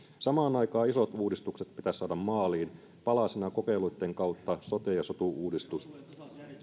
samaan aikaan isot uudistukset pitäisi saada maaliin palasina kokeiluitten kautta sote ja sotu uudistus